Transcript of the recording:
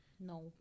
no